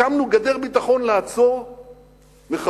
הקמנו גדר ביטחון לעצור מחבלים.